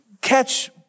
catch